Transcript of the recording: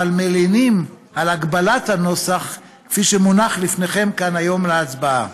אבל מלינים על הגבלת הנוסח כפי שהוא מונח לפניכם כאן היום להצבעה.